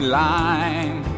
line